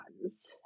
ones